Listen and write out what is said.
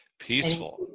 Peaceful